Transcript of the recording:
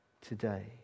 today